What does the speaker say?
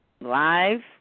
live